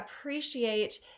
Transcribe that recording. appreciate